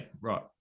Right